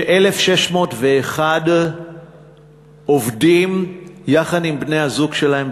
ש-1,601 עובדים יחד עם בני-הזוג שלהם,